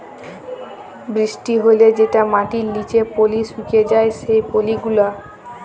বৃষ্টি হ্যলে যেটা মাটির লিচে পালি সুকে যায় সেই পালি গুলা